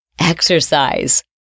exercise